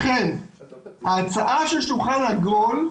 לכן ההצעה של שולחן עגול,